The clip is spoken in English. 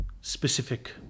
specific